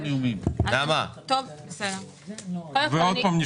ועוד פעם,